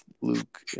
Luke